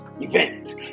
event